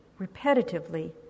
repetitively